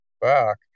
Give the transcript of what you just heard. back